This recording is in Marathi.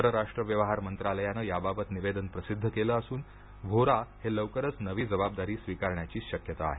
परराष्ट्र व्यवहार मंत्रालयानं याबाबत निवेदन प्रसिद्ध केलं असून व्होरा हे लवकरच नवी जबाबदारी स्वीकारण्याची शक्यता आहे